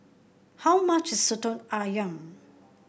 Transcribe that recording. how much Soto ayam